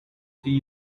see